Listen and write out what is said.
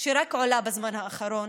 שרק עולים בזמן האחרון,